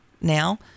now